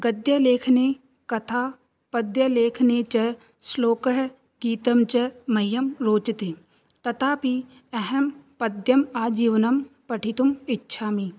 गद्यलेखने कथा पद्यलेखने च श्लोकः गीतं च मह्यं रोचते तथापि अहं पद्यम् आजीवनं पठितुम् इच्छामि